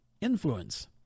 influence